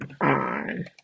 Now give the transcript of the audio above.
on